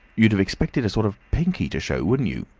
you'd have expected a sort of pinky to show, wouldn't you?